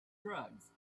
drugs